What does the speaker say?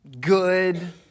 good